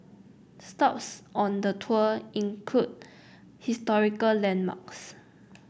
stops on the tour include historical landmarks